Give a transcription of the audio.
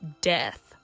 death